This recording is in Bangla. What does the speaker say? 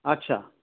আচ্ছা